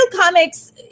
comics